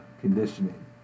conditioning